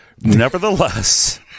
nevertheless